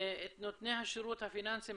של נותני השירות הפיננסיים.